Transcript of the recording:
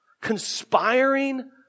conspiring